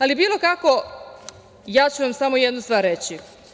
Ali bilo kako, ja ću vam samo jednu stvar reći.